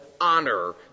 honor